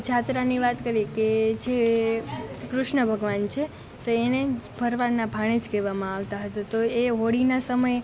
જાત્રાની વાત કરીએ કે જે કૃષ્ણ ભગવાન છે તો એને ભરવાડના ભાણેજ કહેવામાં આવતા હતા તો એ હોળીના સમયે